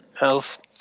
health